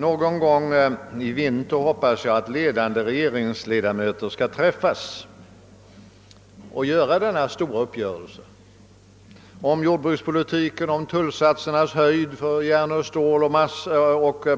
Någon gång i vinter hoppas jag att ledande regeringsledamöter skall sammanträda och träffa denna stora uppgörelse om bl.a. jordbrukspolitiken, om = tullsatsernas höjd för järn, stål,